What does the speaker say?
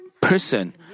person